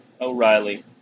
O'Reilly